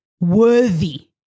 worthy